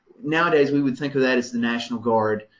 nowadays we would think of that as the national guard,